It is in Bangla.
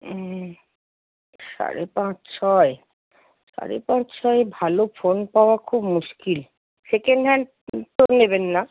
হুম সাড়ে পাঁচ ছয় সাড়ে পাঁচ ছয়ে ভালো ফোন পাওয়া খুব মুশকিল সেকেণ্ডহ্যান্ড তো নেবেন না